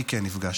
אני כן נפגשתי,